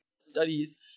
studies